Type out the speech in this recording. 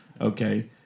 Okay